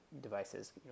devices